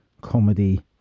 comedy